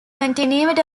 continued